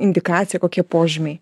indikacija kokie požymiai